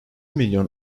milyon